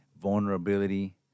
vulnerability